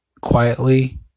quietly